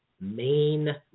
main